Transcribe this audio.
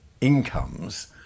incomes